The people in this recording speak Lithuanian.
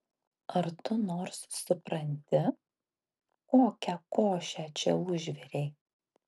ar tu nors supranti kokią košę čia užvirei